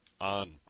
on